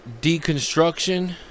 deconstruction